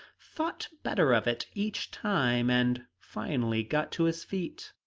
thought better of it each time, and finally got to his feet.